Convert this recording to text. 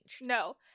No